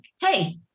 hey